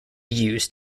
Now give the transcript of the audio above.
used